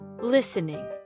listening